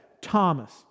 Thomas